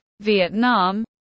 Vietnam